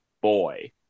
boy